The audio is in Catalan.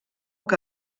que